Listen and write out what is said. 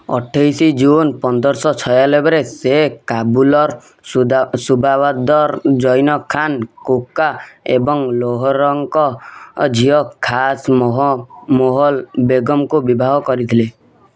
ଅଠେଇଶ ଜୁନ ପନ୍ଦରଶହ ଛାୟାନବେରେ ସେ କାବୁଲର ଜୈନ ଖାନ କୋକା ଏବଂ ଲାହୋରଙ୍କ ଝିଅ ଖାସ ମୋହ ମହଲ ବେଗମଙ୍କୁ ବିବାହ କରିଥିଲେ